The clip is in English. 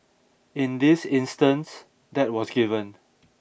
in this instance that was given